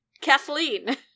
Kathleen